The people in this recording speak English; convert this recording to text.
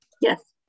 Yes